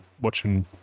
watching